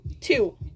Two